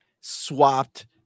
swapped